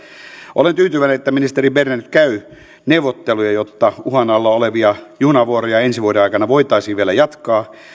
olen tyytyväinen että ministeri berner käy neuvotteluja jotta uhan alla olevia junavuoroja ensi vuoden aikana voitaisiin vielä jatkaa